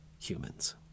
humans